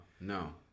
no